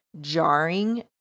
jarring